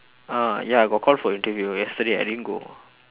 ah ya I got call for interview yesterday I didn't go